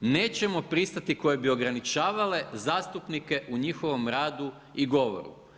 nećemo pristati koje bi ograničavale zastupnike u njihovom radu i govoru.